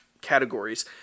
categories